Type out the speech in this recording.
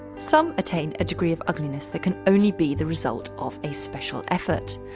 some attain a degree of ugliness that can only be the result of a special effort.